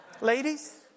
Ladies